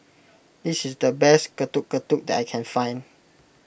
this is the best Getuk Getuk that I can find